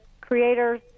creators